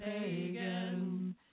pagan